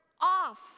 off